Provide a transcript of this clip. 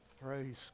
Praise